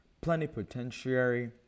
plenipotentiary